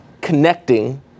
connecting